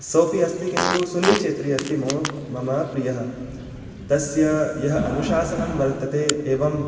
सोऽपि अस्ति किन्तु सुनीलचेत्री अस्ति मो मम प्रियः तस्य यः अनुशासनं वर्तते एवं